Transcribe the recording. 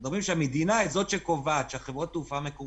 אנחנו מדברים על כך שהמדינה קובעת שחברות התעופה מקורקעות,